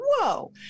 whoa